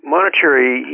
Monetary